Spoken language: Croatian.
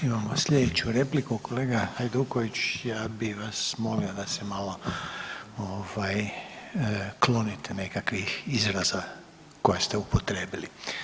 Imamo slijedeću repliku, kolega Hajduković, ja bi vas molio da se malo ovaj klonite nekakvih izraza koje ste upotrijebili.